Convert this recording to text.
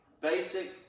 basic